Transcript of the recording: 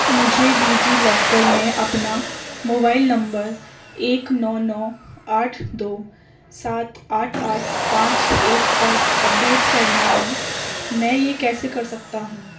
مجھے DigiLocker میں اپنا موبائل نمبر ایک نو نو آٹھ دو سات آٹھ آٹھ پانچ ایک پر اپ ڈیٹ کرنا ہے میں یہ کیسے کر سکتا ہوں